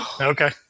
Okay